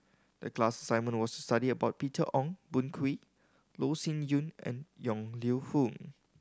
the class assignment was to study about Peter Ong Boon Kwee Loh Sin Yun and Yong Lew Foong